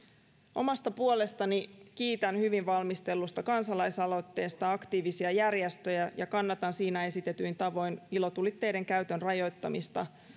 omasta puolestani kiitän hyvin valmistellusta kansalaisaloitteesta aktiivisia järjestöjä ja kannatan siinä esitetyin tavoin ilotulitteiden käytön rajoittamista